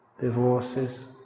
divorces